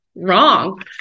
wrong